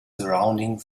surrounding